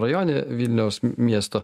rajone vilniaus miesto